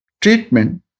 treatment